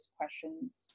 questions